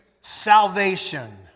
salvation